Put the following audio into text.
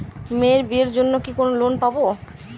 মেয়ের বিয়ের জন্য কি কোন লোন পাব?